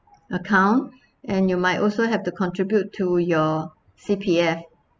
account and you might also have to contribute to your C_P_F